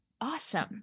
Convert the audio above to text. awesome